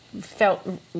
felt